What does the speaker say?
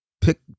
Pick